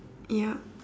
yup